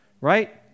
right